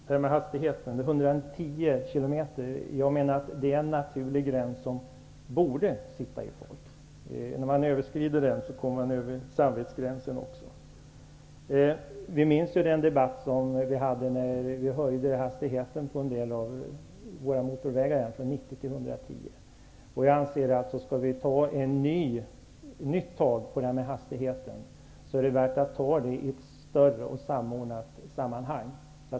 Herr talman! Jag menar att 110 km i timmen är en naturlig gräns, som borde vara inarbetad hos människorna. När man överskrider den överskrider man också samvetsgränsen. Vi minns den debatt som vi förde när hastigheten på en del av våra motorvägar höjdes från 90 till 110 km i timmen. Skall vi ta ett nytt tag i frågan om hastighetsgränserna, anser jag att det bör ske i ett större, samordnat sammanhang.